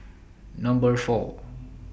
Number four